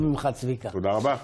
התשע"ח 2018. מטרת הצעת החוק,